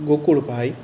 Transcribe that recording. Gokulbhai